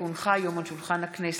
כי הונחו היום על שולחן הכנסת,